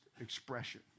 expression